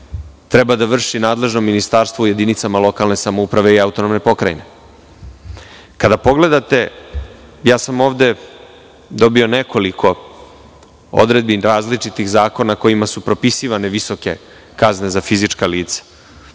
treba da vrši nadležno ministarstvo prema jedinicama lokalne samouprave i autonomne pokrajne. Kada pogledate nekoliko odredbi različitih zakona kojima su propisivane visoke kazne za fizička lica,